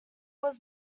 was